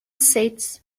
sets